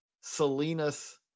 Salinas